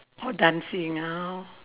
orh dancing ah